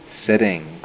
sitting